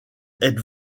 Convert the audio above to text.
êtes